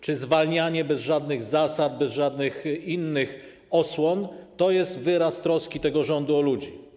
Czy zwalnianie bez żadnych zasad, bez żadnych innych osłon to jest wyraz troski tego rządu o ludzi?